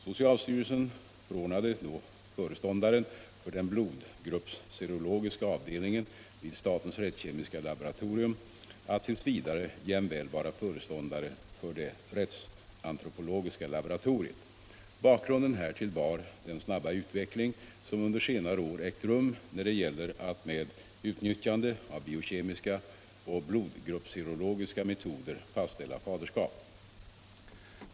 Socialstyrelsen förordnade då föreståndaren för den blodgruppsserologiska avdelningen vid statens rättskemiska laboratorium att t. v. jämväl vara föreståndare för det rättsantropologiska laboratoriet. Bakgrunden härtill var den snabba utveckling som under senare år ägt rum när det gäller att med utnyttjande av biokemiska och blodgruppsserologiska metoder fastställa faderskap.